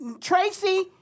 Tracy